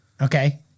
Okay